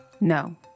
No